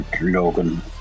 Logan